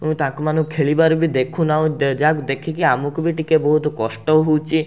ଓ ତାଙ୍କମାନଙ୍କୁ ଖେଳିବାର ବି ଦେଖୁ ନାହୁଁ ଯାହାକୁ ଦେଖିକି ଆମକୁ ବି ଟିକିଏ ବହୁତ କଷ୍ଟ ହେଉଛି